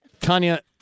Tanya